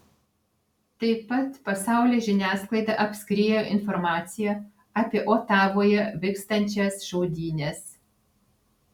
tai pat pasaulio žiniasklaidą apskriejo informacija apie otavoje vykstančias šaudynes